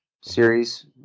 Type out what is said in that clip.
series